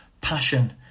passion